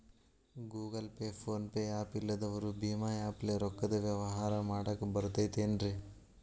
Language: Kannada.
Google Pay, PhonePe app ಇಲ್ಲದವರು ಭೇಮಾ ಆ್ಯಪ್ ಲೇ ರೊಕ್ಕದ ವ್ಯವಹಾರ ಮಾಡಾಕ್ ಬರತೈತೇನ್ರೇ?